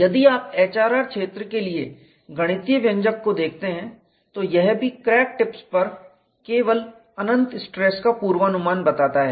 यदि आप HRR क्षेत्र के लिए गणितीय व्यंजक को देखते हैं तो यह भी क्रैक टिप्स पर केवल अनंत स्ट्रेस का पूर्वानुमान बताता है